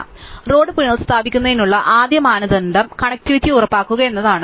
അതിനാൽ റോഡ് പുനസ്ഥാപിക്കുന്നതിനുള്ള ആദ്യ മാനദണ്ഡം കണക്റ്റിവിറ്റി ഉറപ്പാക്കുക എന്നതാണ്